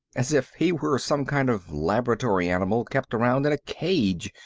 as if he were some kind of laboratory animal kept around in a cage,